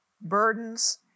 burdens